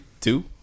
two